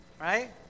right